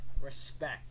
respect